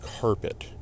Carpet